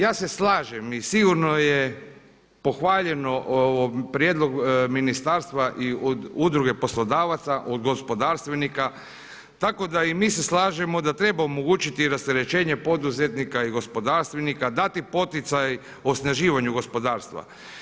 Ja se slažem i sigurno je pohvaljeno ovaj prijedlog, ministarstva i od Udruge poslodavaca, od gospodarstvenica, tako da i mi se slažemo da treba omogućiti rasterećenje poduzetnika i gospodarstvenika, dati poticaj osnaživanju gospodarstva.